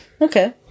okay